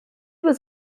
was